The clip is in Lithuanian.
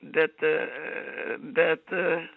bet bet